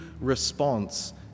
response